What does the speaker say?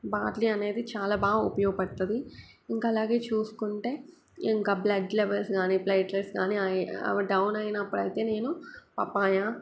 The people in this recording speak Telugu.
బార్లీ అనేది చాలా బా ఉపయోగపడుతుంది ఇంకా అలాగే చూసుకుంటే ఇంకా బ్లడ్ లెవల్స్ కానీ ప్లేట్లెట్స్ కానీ అయి అవి డౌన్ అయినప్పుడు అయితే నేను పపాయా